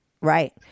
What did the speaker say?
Right